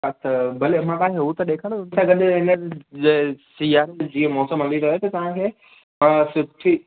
हा त भले मां तव्हांखे हू त ॾेखारियो हुन सां गॾु हिअंर जे सीआरे में जीअं मौसम हली रहियो आहे त तव्हांखे सुठी